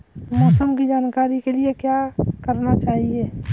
मौसम की जानकारी के लिए क्या करना चाहिए?